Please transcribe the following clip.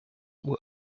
were